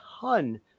ton